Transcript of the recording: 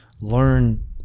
learn